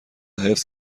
حفظ